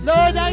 Lord